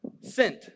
sent